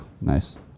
nice